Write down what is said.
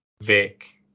Vic